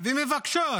ומבקשות